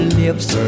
lips